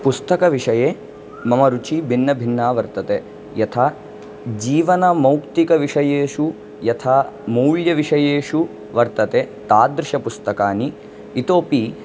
पुस्तकविषये मम रुचि भिन्नभिन्ना वर्तते यथा जीवनमौक्तिकविषयेषु यथा मौल्यविषयेषु वर्तते तादृशपुस्तकानि इतोऽपि